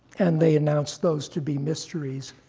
and they announced those to be mysteries,